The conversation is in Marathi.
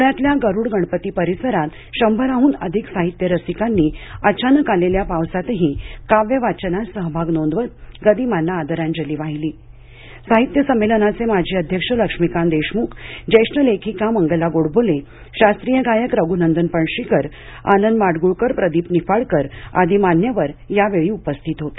पुण्यातल्या गरुड गणपती परिसरात शंभराहन अधिक साहित्य रसिकांनी अचानक आलेल्या पावसातही काव्य वाचनात सहभाग नोंदवत गदिमांना आदराजली वाहिली साहित्य संमेलनाचे माजी अध्यक्ष लक्ष्मीकांत देशमुख ज्येष्ठ लेखिका मंगला गोडबोले शास्त्रीय गायक रघुनंदन पणशीकर आनंद माडगुळकर प्रदीप निफाडकर आदि मान्यवर यावेळी उपस्थित होते